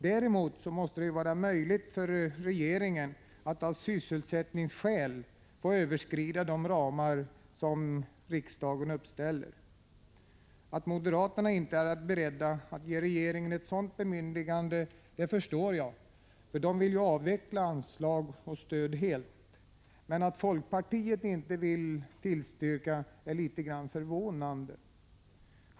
Däremot måste det vara möjligt för regeringen att av sysselsättningsskäl få överskrida de ramar som riksdagen uppställer. Att moderaterna inte är beredda att ge regeringen ett sådant bemyndigande förstår jag — de vill ju helt avveckla anslag och stöd — men att folkpartiet inte vill tillstyrka är litet grand förvånande.